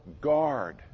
guard